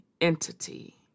entity